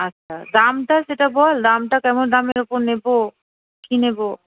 আচ্ছা দামটা সেটা বল দামটা কেমন দামের উপর নেবো কী নেবো